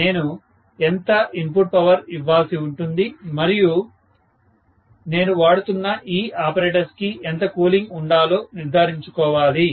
నేను ఎంత input power ఇవ్వాల్సి ఉంటుంది మరియు నేను వాడుతున్న ఈ ఆపరేటస్ కి ఎంత కూలింగ్ ఉండాలో నిర్దారించుకోవాలి